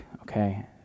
okay